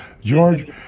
George